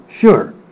sure